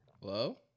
hello